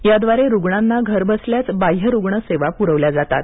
याद्वारे रुग्णांना घरबसल्याच बाह्य रुग्ण सेवा पुरवल्या जातात